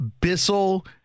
Bissell